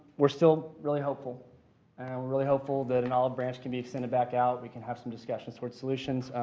we're still really hopeful. and we're really hopeful that an olive branch can be extended back out, we can have some discussions towards solutions.